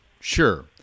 Sure